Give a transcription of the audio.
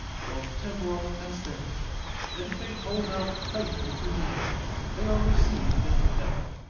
both temporal and spiritual and if they hold out faithful to the end they are received into heaven,